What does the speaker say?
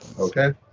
Okay